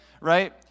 right